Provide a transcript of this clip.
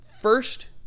First